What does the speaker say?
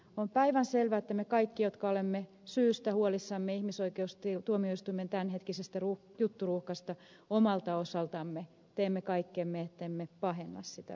on päivänselvää että me kaikki jotka olemme syystä huolissamme ihmisoikeustuomioistuimen tämänhetkisestä jutturuuhkasta omalta osaltamme teemme kaikkemme ettemme pahenna sitä ruuhkaa